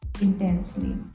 intensely